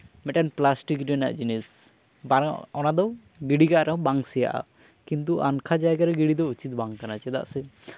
ᱢᱤᱫᱴᱮᱱ ᱯᱞᱟᱥᱴᱤᱠ ᱨᱮᱱᱟᱜ ᱡᱤᱱᱤᱥ ᱵᱟᱝ ᱚᱱᱟ ᱫᱚ ᱜᱤᱰᱤ ᱠᱟᱜ ᱨᱮᱦᱚᱸ ᱵᱟᱝ ᱥᱮᱭᱟᱜᱼᱟ ᱠᱤᱱᱛᱩ ᱟᱱᱠᱷᱟ ᱡᱟᱭᱜᱟᱨᱮ ᱜᱤᱲᱤ ᱫᱚ ᱩᱪᱤᱛ ᱵᱟᱝ ᱠᱟᱱᱟ ᱪᱮᱫᱟᱜ ᱥᱮ